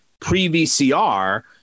pre-VCR